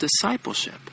discipleship